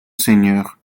seigneur